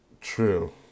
True